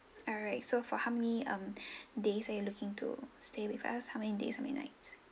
alright so for how many um days are you looking to stay with us how many days how many nights